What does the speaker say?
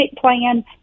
plan